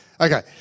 okay